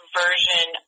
version